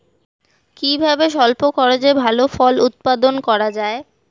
কিভাবে স্বল্প খরচে ভালো ফল উৎপাদন করা যায়?